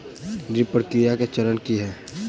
ऋण प्रक्रिया केँ चरण की है?